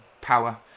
power